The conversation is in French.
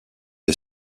est